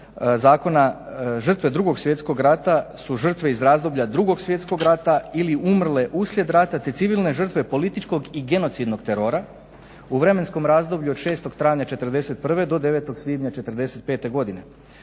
zakona žrtve 2.svjetskog rata su žrtve iz razdoblja 2.svjetskog rata ili umrle uslijed rata te civilne žrtve političkog i genocidnog terora u vremenskom razdoblju od 6.travnja '41. do 9.svibnja '45.godine